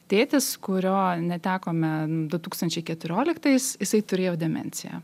tėtis kurio netekome du tūkstančiai keturioliktais jisai turėjo demencija